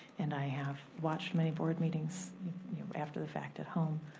and i have watched many board meetings after the fact at home.